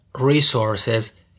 resources